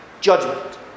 judgment